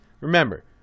Remember